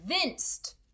CONVINCED